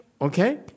Okay